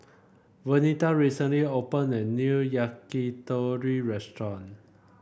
Venita recently opened a new Yakitori Restaurant